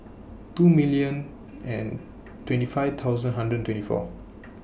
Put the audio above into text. two million and twenty five thousand hundred and twenty four